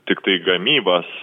tiktai gamybos